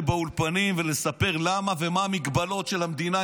באולפנים ולספר למה ומה המגבלות של המדינה,